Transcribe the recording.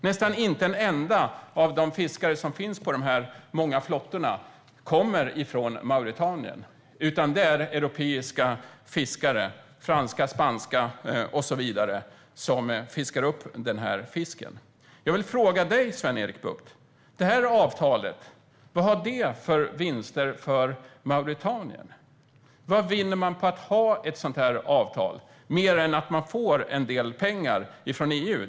Nästan inte en enda av de fiskare som finns på de många flottorna kommer från Mauretanien, utan det är europeiska fiskare - franska, spanska och så vidare - som fiskar upp fisken. Jag vill fråga Sven-Erik Bucht vad det här avtalet har för vinster för Mauretanien. Vad vinner man på att ha ett sådant här avtal mer än att man får en del pengar från EU?